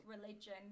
religion